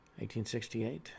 1868